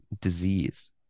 disease